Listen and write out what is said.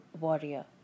warrior